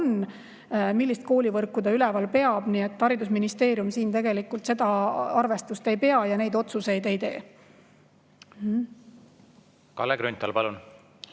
millist koolivõrku ta üleval peab. Nii et haridusministeerium siin tegelikult seda arvestust ei pea ja neid otsuseid ei tee. Kalle Grünthal, palun!